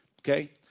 Okay